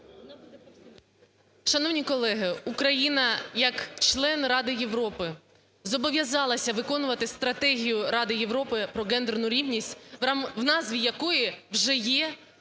Шановні колеги, Україна як член Раді Європи зобов'язалася виконувати Стратегію Ради Європи про гендерну рівність, в назві якої вже є термін